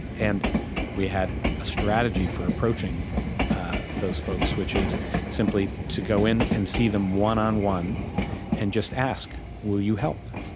and we had a strategy for approaching those folks, which is simply to go in, and see them one-on-one and and just ask, will you help?